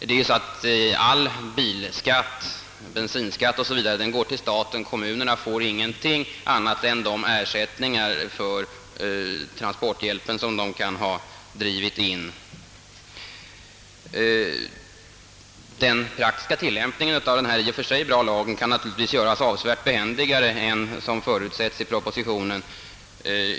Det är ju så, att all bilskatt, bensinskatt o. s. v. går till staten: Kommunerna får ingenting annat än de ersättningar för transporthjälpen som de kan ha drivit in. Den praktiska tillämpningen av denna i och för sig utmärkta lag kan naturligtvis göras avsevärt smidigare än vad som förutsätts i propositionen.